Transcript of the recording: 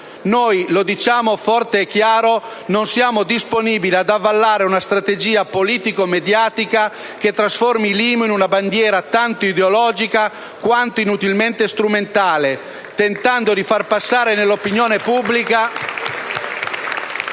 Noi lo diciamo forte e chiaro: non siamo disponibili ad avallare una strategia politico-mediatica che trasformi l'IMU in una bandiera tanto ideologica quanto inutilmente strumentale, tentando di far passare nell'opinione pubblica